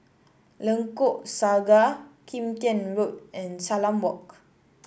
Lengkok Saga Kim Tian Road and Salam Walk